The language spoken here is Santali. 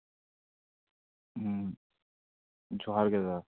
ᱡᱚᱦᱟᱨᱜᱮ ᱫᱟᱫᱟ